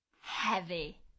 Heavy